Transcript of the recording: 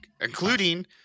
including